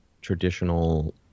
traditional